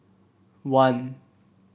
one